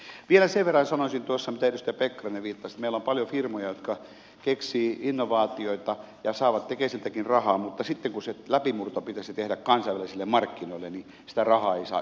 vielä sen verran sanoisin tuosta mihin edustaja pekkarinen viittasi että meillä on paljon firmoja jotka keksivät innovaatioita ja saavat tekesiltäkin rahaa mutta sitten kun se läpimurto pitäisi tehdä kansainvälisille markkinoille sitä rahaa ei saa yksityiseltä sektorilta